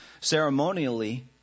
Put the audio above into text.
ceremonially